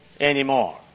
anymore